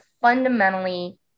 fundamentally